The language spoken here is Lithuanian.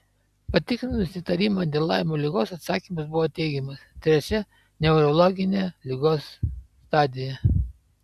patikrinus įtarimą dėl laimo ligos atsakymas buvo teigiamas trečia neurologinė ligos stadija